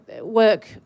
work